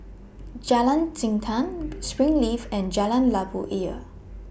Jalan Jintan Springleaf and Jalan Labu Ayer